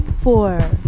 four